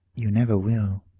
you never will.